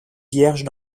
vierges